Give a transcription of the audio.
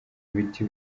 biti